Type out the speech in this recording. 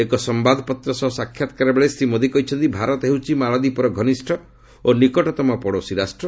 ଏକ ସମ୍ଭାଦପତ୍ର ସହ ସାକ୍ଷାତକାର ବେଳେ ଶ୍ରୀ ମୋଦି କହିଛନ୍ତି ଭାରତ ହେଉଛି ମାଳଦ୍ୱୀପର ଘନିଷ୍ଠ ଓ ନିକଟତମ ପଡ଼ୋଶୀ ରାଷ୍ଟ୍ର